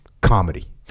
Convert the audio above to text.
comedy